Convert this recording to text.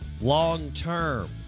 long-term